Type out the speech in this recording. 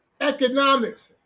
Economics